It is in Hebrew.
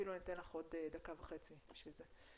אפילו אני אתם לך עוד דקה וחצי בשביל זה.